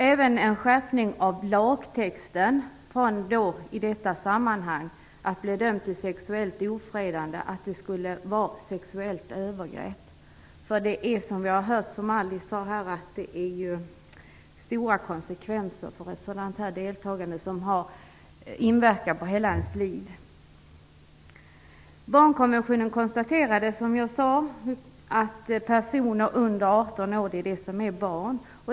Även en skärpning av lagtexten föreslås i detta sammanhang, så att sexuellt ofredande ändras till sexuellt övergrepp. Som Alice Åström sade får ett sådant här deltagande stora konsekvenser som inverkar på hela ens liv. Barnkonventionen konstaterade, som jag sade, att personer under 18 år är barn.